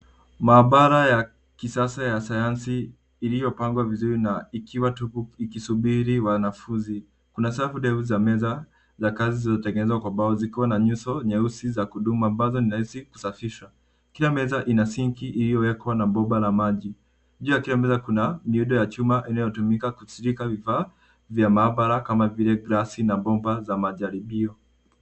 Maabara ya kisasa ya sayansi iliyopangwa vizuri na ikiwa tupu ikisubiri wanafunzi. Kuna safu ndefu za meza za kazi zilizotengenezwa kwa mbao zikiwa na nyuso nyeusi za kudumu ambazo nirahisi kusafishwa. Kula meza ina sinki iliyowekwa na bomba la maji. Juu ya kila meza kuna miundo ya chuma inayotumika kushika vifaa vya maabara kama vile glasi na bomba za majaribio.